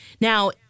Now